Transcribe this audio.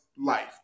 life